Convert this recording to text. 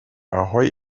ahoi